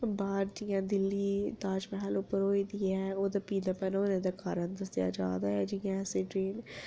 ते बाहर दिल्ली ताजमहल पर होई दी ऐ ते ओह् कारण दस्सेआ जा करदा ऐ जि'यां एसिड रेन